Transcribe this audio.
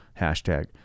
hashtag